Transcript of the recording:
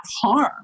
harm